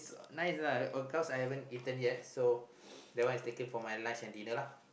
nice or not oh cause I haven't eaten yet so that one is taken for my lunch and dinner lah